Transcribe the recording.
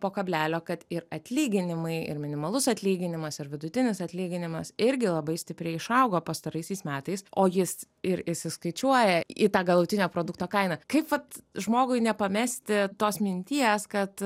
po kablelio kad ir atlyginimai ir minimalus atlyginimas ir vidutinis atlyginimas irgi labai stipriai išaugo pastaraisiais metais o jis ir įsiskaičiuoja į tą galutinę produkto kainą kaip vat žmogui nepamesti tos minties kad